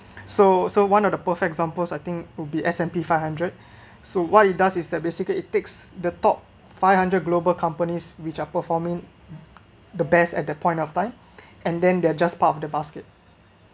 so so one of the perfect examples I think will be s and p five hundred so what it does is that basically it takes the top five hundred global companies which are performing the best at that point of time and then they're just part of the basket